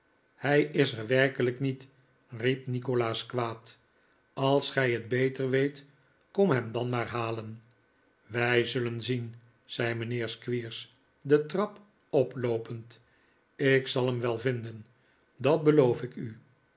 hij is er werkelijk niet riep nikolaas kwaad als gij het beter weet kom hem dan maar halen wij zullen zien zei mijnheer squeers de trap oploopend ik zal hem wel vinden dat beloof ik u